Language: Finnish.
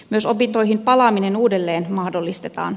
myös opintoihin palaaminen uudelleen mahdollistetaan